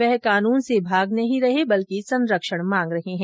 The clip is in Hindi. वह कानून से भाग नहीं रहे बल्कि संरक्षण मांग रहे हैं